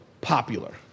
popular